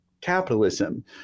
capitalism